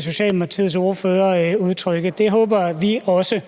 Socialdemokratiets ordfører udtrykke håb om. Det håber vi også.